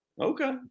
okay